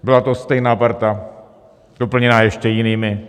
Byla to stejná parta doplněná ještě jinými.